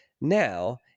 now